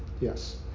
Yes